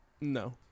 No